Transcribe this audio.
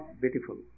beautiful